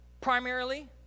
primarily